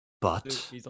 but-